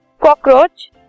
cockroach